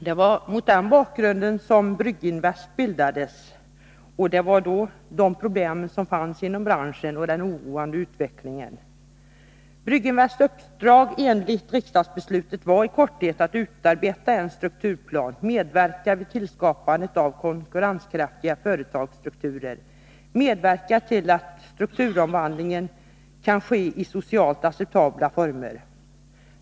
Bakgrunden till bildandet av Brygginvest AB var problemen och den inom branschen oroande utvecklingen. Brygginvests uppdrag enligt riksdagsbeslutet var i korthet att utarbeta en strukturplan, att medverka vid tillskapandet av konkurrenskraftiga företagsstrukturer och att medverka till att strukturomvandlingen kunde ske i socialt acceptabla former.